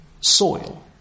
soil